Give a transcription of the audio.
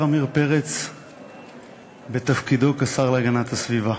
עמיר פרץ בתפקידו כשר להגנת הסביבה.